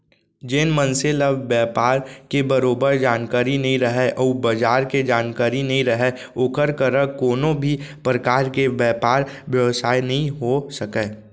जेन मनसे ल बयपार के बरोबर जानकारी नइ रहय अउ बजार के जानकारी नइ रहय ओकर करा कोनों भी परकार के बयपार बेवसाय नइ हो सकय